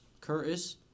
Curtis